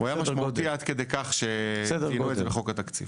הוא היה משמעותי עד כדי כך שציינו את זה בחוק התקציב.